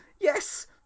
Yes